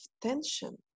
tension